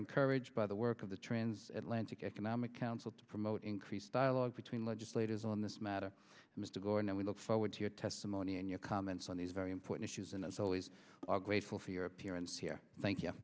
encouraged by the work of the transatlantic economic council to promote increased dialogue between legislators on this matter mr gore and we look forward to your testimony and your comments on these very important issues and as always are grateful for your appearance here thank you